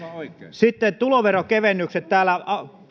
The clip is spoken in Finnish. sitten tuloverokevennykset täällä